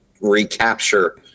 recapture